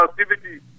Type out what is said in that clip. activity